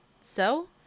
So